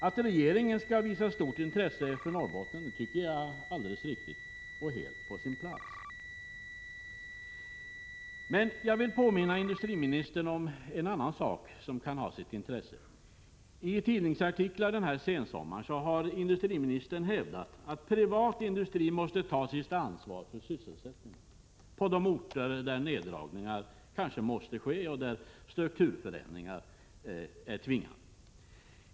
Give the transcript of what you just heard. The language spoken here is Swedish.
Att regeringen skall visa stort intresse för Norrbotten är alldeles riktigt och helt på sin plats. Jag vill påminna industriministern om en annan sak som kan ha sitt intresse. I tidningsartiklar under sensommaren har industriministern hävdat att privat industri måste ta sitt ansvar för sysselsättningen på de orter där neddragningar kanske måste ske och där strukturförändringar är nödvändiga.